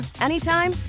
anytime